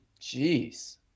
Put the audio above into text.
Jeez